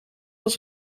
als